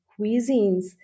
cuisines